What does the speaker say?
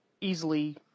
easily